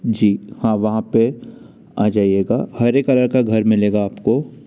जी हाँ वहाँ पे आ जाइएगा हरे कलर का घर मिलेगा आपको